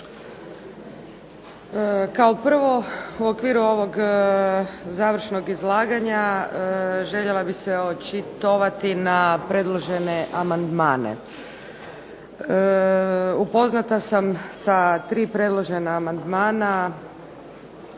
Kao prvo, u okviru ovog završnog izlaganja željela bih se očitovati na predložene amandmane. Upoznata sam sa tri predložena amandmana